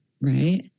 Right